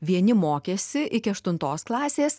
vieni mokėsi iki aštuntos klasės